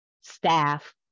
staff